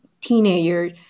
teenager